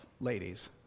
ladies